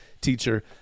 teacher